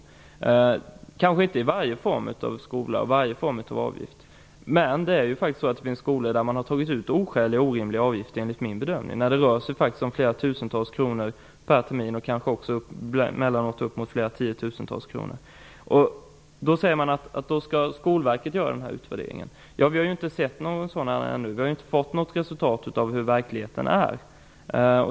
Det blir kanske inte så i varje form av skola eller när det gäller varje form av avgift, men det finns faktiskt skolor där man enligt min bedömning har tagit ut oskäliga och orimliga avgifter. Det rör sig om flera tusentals kronor per termin och emellanåt uppemot flera tiotusentals kronor. Skolverket skall göra utvärderingen. Vi har inte sett någon sådan ännu. Vi har inte fått något resultat och inte kunnat se hur verkligheten är.